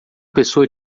pessoa